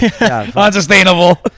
unsustainable